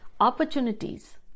opportunities